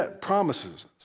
promises